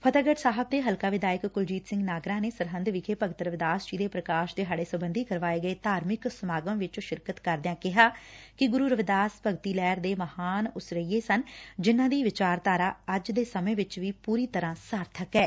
ਫਤਹਿਗੜ ਸਾਹਿਬ ਦੇ ਹਲਕਾ ਵਿਧਾਇਕ ਕੁਲਜੀਤ ਸਿੰਘ ਨਾਗਰਾ ਨੇ ਸਰਹਿੰਦ ਵਿਖੇ ਭਗਤ ਰਵੀਦਾਸ ਜੀ ਦੇ ਪ੍ਰਕਾਸ਼ ਦਿਹਾੜੇ ਸਬੰਧੀ ਕਰਵਾਏ ਧਾਰਮਿਕ ਸਮਾਗਮ ਵਿਚ ਸ਼ਿਰਕਤ ਕਰਦਿਆਂ ਕਿਹਾ ਕਿ ਗੁਰੁ ਰਵਿਦਾਸ ਭਗਤੀ ਲਹਿਰ ਦੇ ਮਹਾਨ ਉਸਰੱਈਏ ਸਨ ਜਿਨ੍ਹਾਂ ਦੀ ਵਿਚਾਰਧਾਰਾ ਅੱਜ ਦੇ ਵੀ ਪੁਰੀ ਤਰ੍ਹਾਂ ਸਾਰਬਕ ਐ